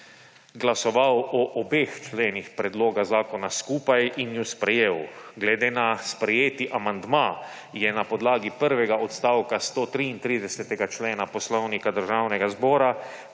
glasoval o obeh členih predloga zakona skupaj in ju sprejel. Glede na sprejeti amandma je na podlagi prvega odstavka 133. člena Poslovnika Državnega zbora